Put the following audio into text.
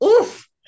Oof